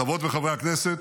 חברות וחברי הכנסת,